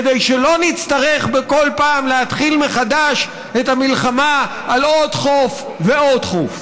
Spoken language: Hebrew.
כדי שלא נצטרך בכל פעם להתחיל מחדש את המלחמה על עוד חוף ועוד חוף.